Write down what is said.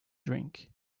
drink